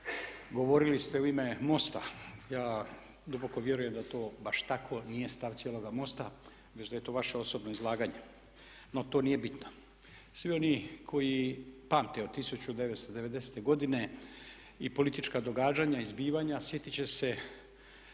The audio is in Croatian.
govorili ste u ime MOST-a. Ja duboko vjerujem da to baš tako nije stav cijeloga MOST-a već da je to vaše osobno izlaganje, no to nije bitno. Svi oni koji pamte od 1990.-te godine i politička događanja i zbivanja sjetit će se